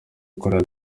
ukorera